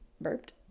burped